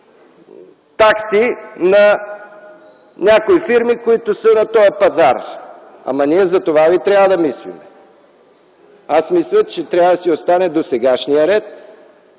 такси на някои фирми, които са на този пазар, ама ние затова ли трябва да мислим? Аз мисля, че трябва да си остане досегашния ред